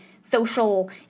social